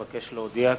הנני מתכבד להודיעכם,